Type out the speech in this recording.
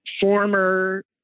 former